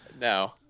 No